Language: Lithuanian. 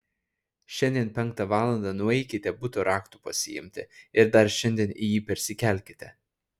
šiandie penktą valandą nueikite buto raktų pasiimti ir dar šiandien į jį persikelkite